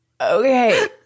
okay